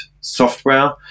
software